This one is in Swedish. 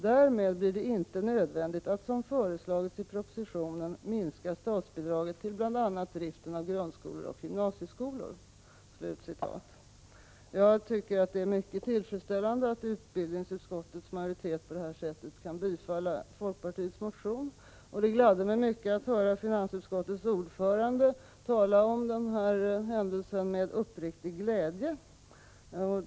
Därmed blir det inte nödvändigt att som föreslagits i propositionen minska statsbidraget till bl.a. driften av grundskolor och gymnasieskolor.” Jag tycker det är mycket tillfredsställande att utbildningsutskottets majoritet på detta sätt kunnat tillstyrka folkpartiets motion. Det gladde mig mycket att höra finansutskottets ordförande tala om den här händelsen med uppriktig glädje.